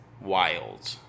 wild